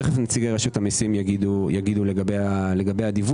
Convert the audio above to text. תכף נציגי רשות המיסים יגידו לגבי הדיווח.